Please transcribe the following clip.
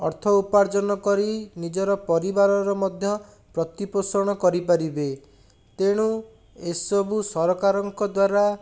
ଅର୍ଥ ଉପାର୍ଜନ କରି ନିଜର ପରିବାରର ମଧ୍ୟ ପ୍ରତିପୋଷଣ କରିପାରିବେ ତେଣୁ ଏସବୁ ସରକାରଙ୍କ ଦ୍ଵାରା